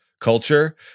culture